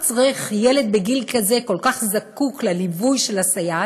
ילד בגיל כזה כל כך זקוק לליווי של הסייעת,